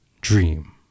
dream